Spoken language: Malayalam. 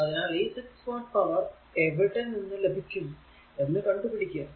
അതിനാൽ ഈ 6 വാട്ട് പവർ എവിടെ നിന്നും ലഭിക്കും എന്ന് കണ്ടുപിടിക്കുക